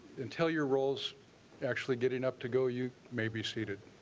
until your roles actually getting up to go you may be seated.